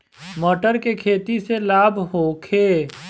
मटर के खेती से लाभ होखे?